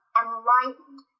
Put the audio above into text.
enlightened